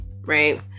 Right